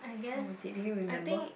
how was it do you remember